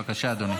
בבקשה, אדוני.